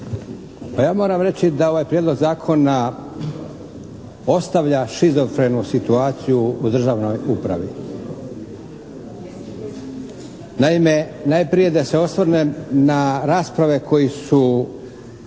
Pa ja moram reći da ovaj prijedlog zakona ostavlja šizofrenu situaciju u državnoj upravi. Naime, najprije da se osvrnem na rasprave koje su